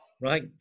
right